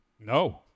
No